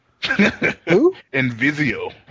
Invisio